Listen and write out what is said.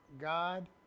God